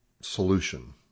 solution